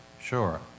Sure